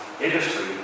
industry